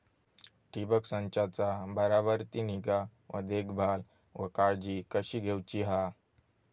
ठिबक संचाचा बराबर ती निगा व देखभाल व काळजी कशी घेऊची हा?